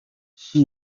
she